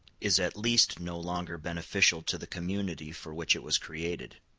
is at least no longer beneficial to the community for which it was created.